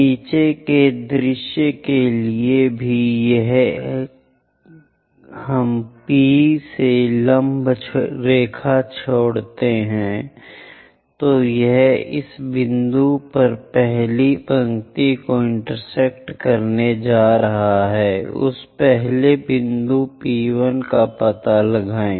नीचे के दृश्य के लिए भी यदि हम P से लम्ब रेखा छोड़ते हैं तो यह इस बिंदु पर पहली पंक्ति को इंटरसेक्ट करने जा रहा है उस पहले बिंदु P1 का पता लगाएं